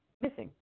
missing